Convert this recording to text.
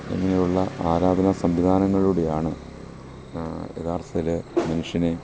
ഇങ്ങനെയുള്ള ആരാധനാ സംവിധാനങ്ങളിലൂടെയാണ് യാഥാർത്ഥത്തില് മനുഷ്യനെ